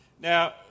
Now